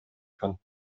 kann